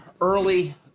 early